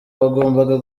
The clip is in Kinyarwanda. bagombaga